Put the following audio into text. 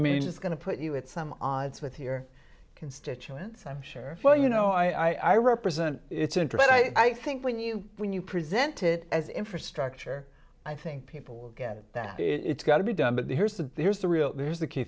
mean just going to put you at some odds with your constituents i'm sure well you know i represent it's internet i think when you when you present it as infrastructure i think people will get that it's got to be done but here's the here's the real there's the key